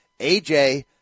AJ